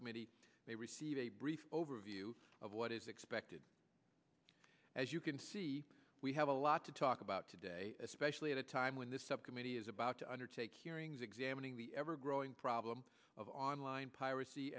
committee they receive a brief overview of what is expected as you can see we have a lot to talk about today especially at a time when the subcommittee is about to undertake hearings examining the ever growing problem of online piracy